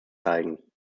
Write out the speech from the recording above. zeigen